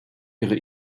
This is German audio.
ihre